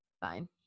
Fine